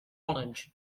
college